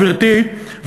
גברתי,